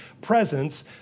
presence